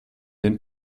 den